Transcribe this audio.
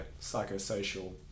psychosocial